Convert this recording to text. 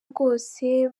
rwose